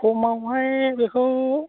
खमावहाय बेखौ